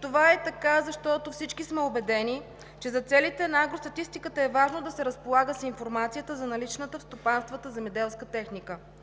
Това е така, защото всички сме убедени, че за целите на агростатистиката е важно да се разполага с информацията за наличната в стопанствата земеделска техника.